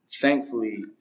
Thankfully